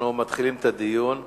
אנחנו מתחילים את הדיון.